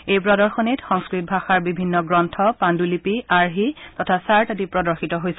এই প্ৰদশনীত সংস্থত ভাষাৰ বিভিন্ন গ্ৰন্থ পাণুলিপি আৰ্হি তথা চাৰ্ট আদি প্ৰদৰ্শিত হৈছে